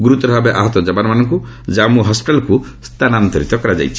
ଗୁରୁତର ଭାବେ ଆହତ ଯବାନମାନଙ୍କୁ ଜାମ୍ମୁ ହସ୍କିଟାଲ୍କୁ ସ୍ଥାନାନ୍ତରିତ କରାଯାଇଛି